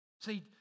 See